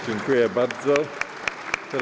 Dziękuję bardzo.